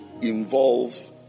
involve